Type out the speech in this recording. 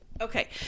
Okay